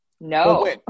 No